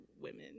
women